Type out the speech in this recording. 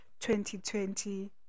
2020